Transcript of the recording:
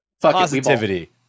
Positivity